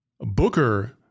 Booker